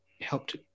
helped